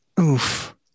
Oof